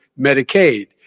Medicaid